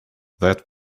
that